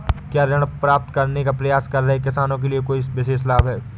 क्या ऋण प्राप्त करने का प्रयास कर रहे किसानों के लिए कोई विशेष लाभ हैं?